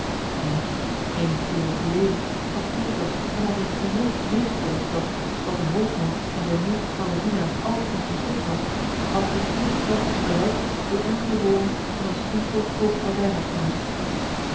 en eenige uren geleden had veritas hem als in triomf meegedeeld dat wat den hoofdman en zijn meest trouwen dienaar altijd nog mislukt was als in één slag was bereikt door enkele woorden van een simpel